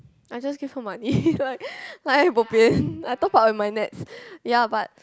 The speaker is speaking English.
I just give for money like like I bo pian I top up with my nets ya but